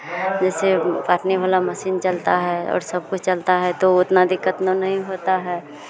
जैसे वो काटने वाला मशीन चलता है और सब कुछ चलता है तो उतना दिक्कत में उन्हें नहीं होता है